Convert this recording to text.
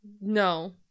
No